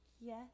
yes